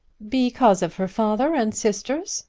because of her father and sisters?